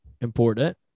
important